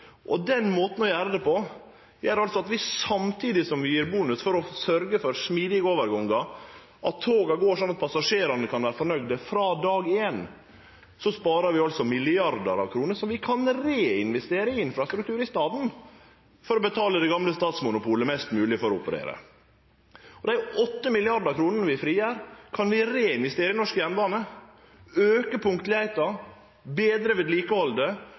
éin. Den måten å gjere det på gjer altså at vi samtidig som vi gjev bonus for å sørgje for smidige overgangar, så toga går sånn at passasjerane kan vere fornøgde frå dag éin, sparar milliardar av kroner som vi kan reinvestere i infrastruktur, i staden for å betale det gamle statsmonopolet mest mogleg for å operere. Dei 8 mrd. kr vi frigjer, kan vi reinvestere i norsk jernbane, auke punktlegheita, betre